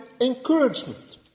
encouragement